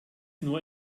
nur